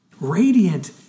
Radiant